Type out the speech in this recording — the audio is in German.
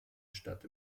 stadt